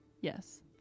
yes